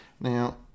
Now